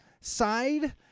side